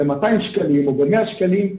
ב-200 שקלים או ב-100 שקלים,